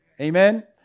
Amen